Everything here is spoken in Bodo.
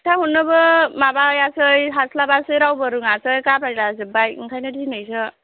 खोन्था हरनोबो माबायासै हास्लाबासै रावबो रोङासै गाब्राय जाजोबबाय बेनिखायनो दिनैसो